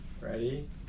ready